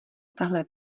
tahle